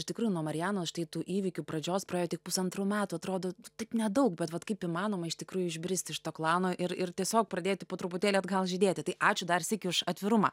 iš tikrųjų nuo marianos štai tų įvykių pradžios praėjo tik pusantrų metų atrodo taip nedaug bet vat kaip įmanoma iš tikrųjų išbristi iš to klano ir ir tiesiog pradėti po truputėlį atgal žydėti tai ačiū dar sykį už atvirumą